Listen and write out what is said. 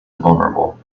vulnerable